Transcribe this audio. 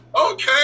Okay